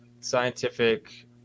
scientific